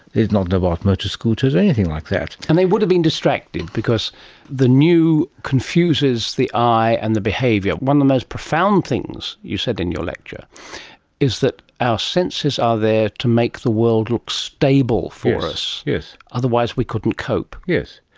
they did not know about motor scooters or anything like that. and they would have been distracted because the new confuses the eye and the behaviour. one of the most profound things you said in your lecture is that our senses are there to make the world looks stable for us, otherwise we couldn't cope. yes.